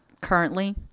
currently